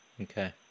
Okay